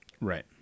Right